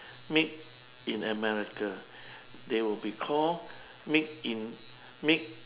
made in america they will be call made in made